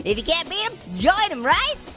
if you can't beat em, join em, right?